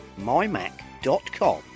mymac.com